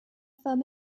film